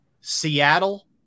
Seattle